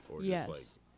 Yes